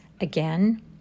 Again